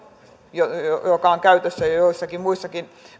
joka on käytössä jo joissakin muissa